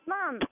Mom